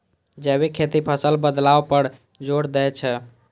जैविक खेती फसल बदलाव पर जोर दै छै